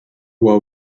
war